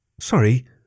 Sorry